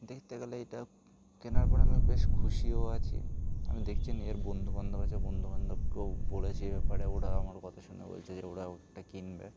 দেখতে গেলে এটা কেনার পর আমি বেশ খুশিও আছি আমি দেখছি নিজের বন্ধুবান্ধব আছে বন্ধুবান্ধবকেও বলেছি এ ব্যাপারে ওরা আমার কথা শুনে বলছে যে ওরাও একটা কিনবে